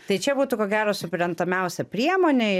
tai čia būtų ko gero suprantamiausia priemonė